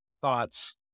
thoughts